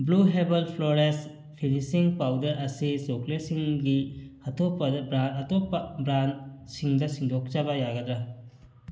blue heaven flawless finishing powder ꯑꯁꯤ ꯆꯣꯀ꯭ꯂꯦꯠꯁꯤꯡꯒꯤ ꯑꯇꯣꯞꯄꯗ ꯑꯇꯣꯞꯄ ꯕ꯭ꯔꯥꯟꯁꯤꯡꯗ ꯁꯤꯟꯗꯣꯛꯆꯕ ꯌꯥꯒꯗ꯭ꯔꯥ